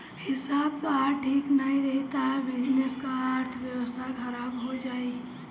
हिसाब तोहार ठीक नाइ रही तअ बिजनेस कअ अर्थव्यवस्था खराब हो जाई